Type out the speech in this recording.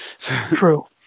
True